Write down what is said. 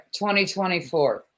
2024